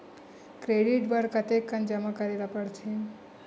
Credit बर कतेकन जमा करे ल पड़थे?